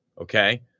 Okay